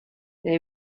they